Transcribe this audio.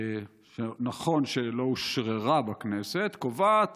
נכון שלא אושררה בכנסת, קובעת